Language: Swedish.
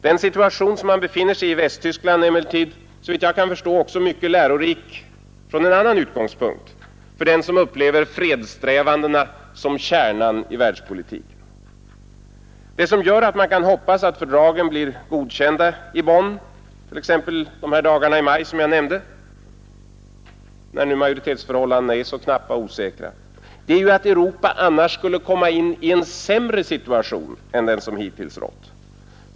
Den situation som man i Västtyskland befinner sig i är emellertid såvitt jag kan förstå också mycket lärorik från en annan utgångspunkt för den som upplever fredssträvandena som kärnan i världspolitiken. Det som gör att man kan hoppas att fördragen blir godkända i Bonn den 4 maj eller i varje fall i en andra läsning den 19 maj — när nu majoritetsförhållandena är så knappa och osäkra — är ju att Europa annars skulle komma in i en sämre situation än den som hittills rått.